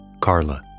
Carla